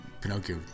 Pinocchio